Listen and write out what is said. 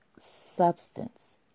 substance